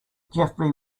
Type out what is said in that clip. jeffery